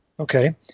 Okay